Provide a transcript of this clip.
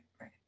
right